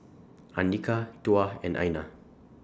Andika Tuah and Aina